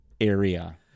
area